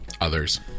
others